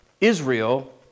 Israel